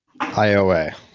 IOA